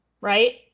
right